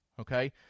okay